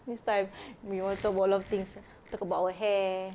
next time we also got a lot of things talk about our hair